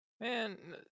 Man